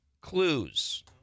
clues